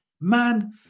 man